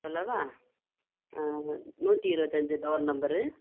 சொல்லவா நூற்றி இருபத்தி அஞ்ழு டோர் நம்பரு